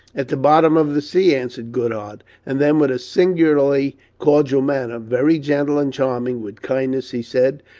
at the bottom of the sea, answered goodhart and then, with a singularly cordial manner, very gentle and charming with kindness, he said,